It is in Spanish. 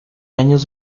años